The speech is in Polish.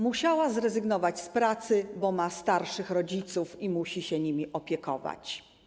Musiała zrezygnować z pracy, bo ma starszych rodziców i musi się nimi opiekować.